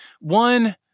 One